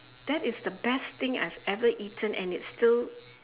that is the best thing I have ever eaten and it's still